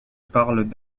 parles